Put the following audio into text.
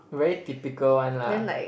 very typical one lah